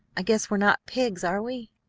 i guess we're not pigs, are we?